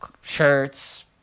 shirts